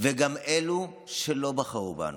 וגם אלו שלא בחרו בנו,